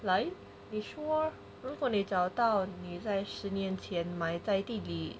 来你说如果你找到你在十年前埋在地里